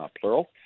plural